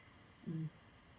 mm